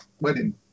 wedding